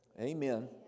Amen